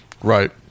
right